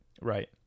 Right